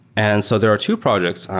and so there are two projects,